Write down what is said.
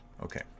Okay